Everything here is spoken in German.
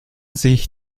sich